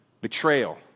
Betrayal